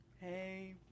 hey